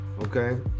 okay